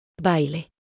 Baile